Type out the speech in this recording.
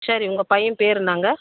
சரி உங்கள் பையன் பெயரு என்னாங்க